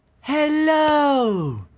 Hello